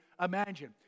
imagine